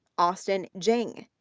austin jin,